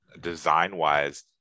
design-wise